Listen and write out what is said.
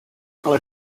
ale